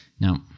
Now